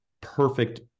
perfect